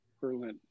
Berlin